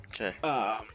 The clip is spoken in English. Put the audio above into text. Okay